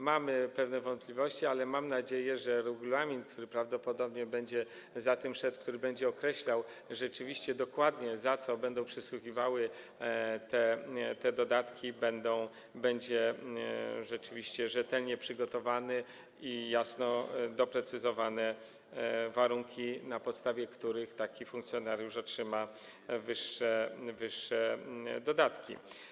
Mamy pewne wątpliwości, ale mam nadzieję, że regulamin, który prawdopodobnie będzie za tym szedł i będzie określał dokładnie, za co będą przysługiwały te dodatki, będzie rzeczywiście rzetelnie przygotowany i będą jasno doprecyzowane warunki, na podstawie których taki funkcjonariusz otrzyma wyższe dodatki.